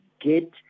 get